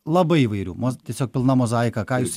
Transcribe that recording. labai įvairių mus tiesiog pilna mozaika ką jūs